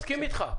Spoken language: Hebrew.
מסכים איתך.